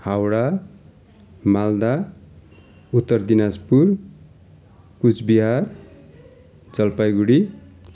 Howrah Malda Uttar Dinajpur Cooch Behar Jalpaiguri